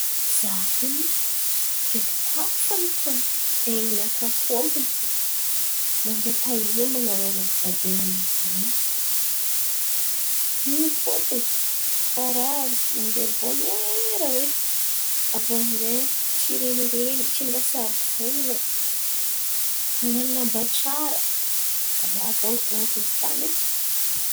Za kony ndreky tafy an̈otany ain̈y nakà tompiny fo. Nandeha taia ma anarô roe fandian̈a nomaly in̈y vadiny karà nandeha bônera oe? Avô aminjay tsy ren̈iren̈y tsy nisavolan̈an nan̈ano lamba tsara raha dônko volan̈iko izy tan̈ay.